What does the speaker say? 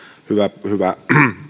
hyvä hyvä